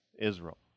Israel